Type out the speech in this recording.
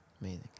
amazing